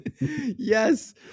yes